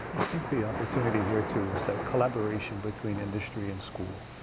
i think the opportunity here too is that collaboration between industry and school,